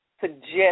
suggest